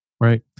right